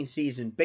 season